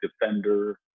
defender